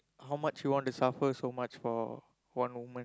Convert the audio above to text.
how much you want to suffer so much for one woman